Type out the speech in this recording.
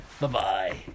Bye-bye